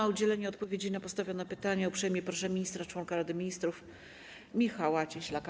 O udzielenie odpowiedzi na postawione pytania uprzejmie proszę ministra - członka Rady Ministrów Michała Cieślaka.